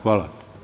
Hvala.